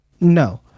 no